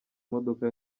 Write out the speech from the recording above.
imodoka